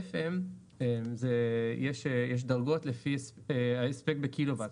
ול- FM יש דרגות לפי ההספק בקילוואט,